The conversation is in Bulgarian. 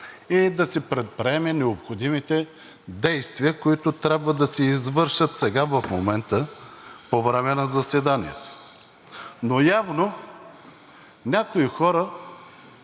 и да предприеме необходимите действия, които трябва да се извършат сега, в момента, по време на заседанието. Явно някои хора,